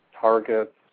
targets